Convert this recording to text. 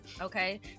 Okay